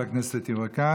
תודה רבה, חבר הכנסת יברקן.